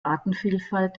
artenvielfalt